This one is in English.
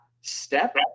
step